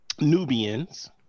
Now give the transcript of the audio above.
Nubians